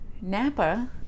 Napa